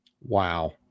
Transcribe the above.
Wow